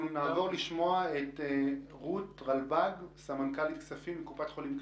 נעבור לשמוע את רות רלבג, קופת חולים כללית.